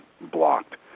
blocked